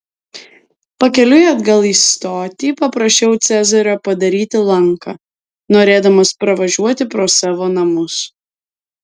pakeliui atgal į stotį paprašiau cezario padaryti lanką norėdamas pravažiuoti pro savo namus